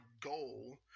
goal